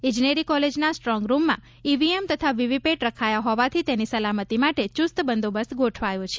ઇજનેરી કોલેજના સ્ટ્રોંગરૂમમાં ઇવીએમ તથા વીવીપેટ રખાયા હોવાથી તેની સલામતી માટે ચુસ્ત બંદોબસ્ત ગોઠવાયો છે